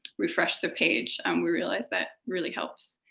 refresh the page. um we realized that really helps.